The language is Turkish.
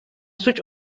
suç